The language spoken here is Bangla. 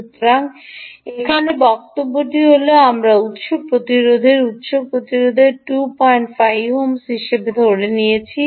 সুতরাং এখানে বক্তব্যটি হল আমরা উত্স প্রতিরোধের উত্স প্রতিরোধের 25 ওহম হিসাবে ধরে নিয়েছি